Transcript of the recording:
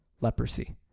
leprosy